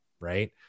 Right